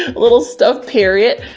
little stuff, parrot.